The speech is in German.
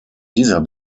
dieser